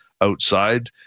outside